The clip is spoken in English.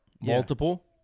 multiple